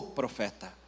profeta